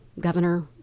governor